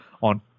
on